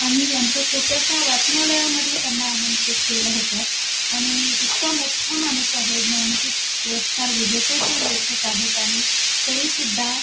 आम्ही आमच्या छोट्याशा वाचनालयामध्ये त्यांना आमंत्रित केलं होतं आणि इतका मोठ्ठा माणूस आहे ज्ञानपीठ पुरस्कार विजेेते ते लेखक आहेत आणि तरीसुद्धा